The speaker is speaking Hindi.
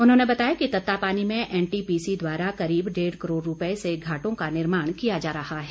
उन्होंने बताया कि तत्तापानी में एनटीपीसी द्वारा करीब डेढ़ करोड़ रूपए से घाटों का निर्माण किया जा रहा है